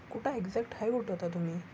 कुठं एक्झॅक्ट आहे कुठं आता तुम्ही